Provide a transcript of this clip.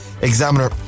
examiner